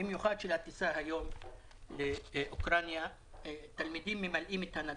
במיוחד של הטיסה היום לאוקראינה תלמידים ממלאים את נתב"ג.